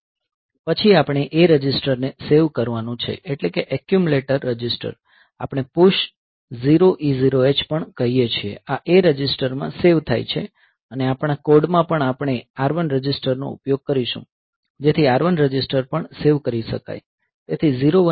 પછી આપણે A register ને સેવ કરવાનું છે એટલે કે એક્યુમ્યુલેટર રજીસ્ટર આપણે PUSH 0E0H પણ કહીએ છીએ આ A રજિસ્ટરમાં સેવ થાય છે અને આપણા કોડ માં પણ આપણે R1 રજિસ્ટરનો ઉપયોગ કરીશું જેથી R1 રજીસ્ટર પણ સેવ કરી શકાય